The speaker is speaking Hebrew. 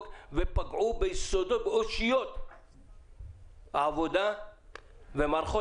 אבל פגעו באושיות העבודה ומערכות